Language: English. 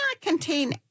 contain